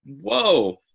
whoa